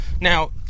Now